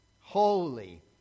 holy